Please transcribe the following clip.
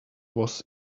was